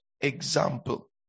example